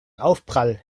aufprall